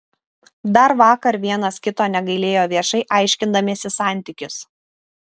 dar vakar vienas kito negailėjo viešai aiškindamiesi santykius